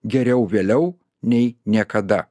geriau vėliau nei niekada